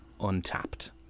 untapped